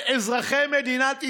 על אזרחי מדינת ישראל,